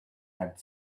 had